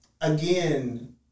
Again